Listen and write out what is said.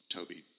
Toby